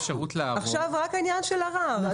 עכשיו רק העניין של הערר.